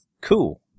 Cool